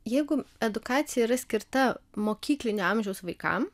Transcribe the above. jeigu edukacija yra skirta mokyklinio amžiaus vaikam